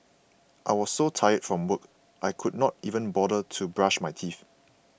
I was so tired from work I could not even bother to brush my teeth